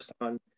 on